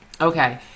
Okay